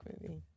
movie